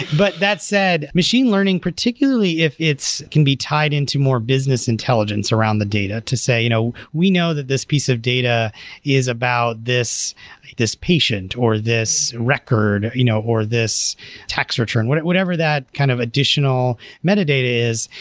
but that said, machine learning, particularly if it can be tied into more business intelligence around the data to say, you know we know that this piece of data is about this this patient, or this record, you know or this tax return, but whatever that kind of additional metadata is.